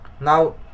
Now